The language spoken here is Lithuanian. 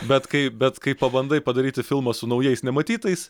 bet kai bet kai pabandai padaryti filmą su naujais nematytais